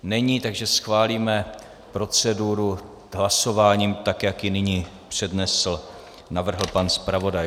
Není, takže schválíme proceduru hlasováním, jak ji nyní přednesl a navrhl pan zpravodaj.